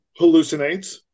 hallucinates